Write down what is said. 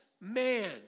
man